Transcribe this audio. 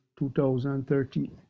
2013